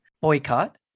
Boycott